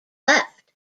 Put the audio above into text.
left